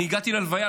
אני הגעתי ללוויה,